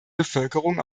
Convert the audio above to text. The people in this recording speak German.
bevölkerung